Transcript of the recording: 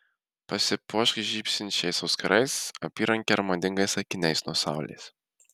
pasipuošk žybsinčiais auskarais apyranke ar madingais akiniais nuo saulės